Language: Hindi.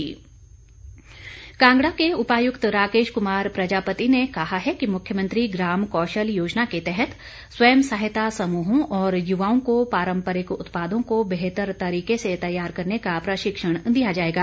डीसी कांगडा कांगड़ा के उपायुक्त राकेश कुमार प्रजापति ने कहा है कि मुख्यमंत्री ग्राम कौशल योजना के तहत स्वयं सहायता समूहों और युवाओं को पारंपरिक उत्पादों को बेहतर तरीके से तैयार करने का प्रशिक्षण दिया जाएगा